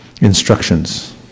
instructions